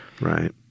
Right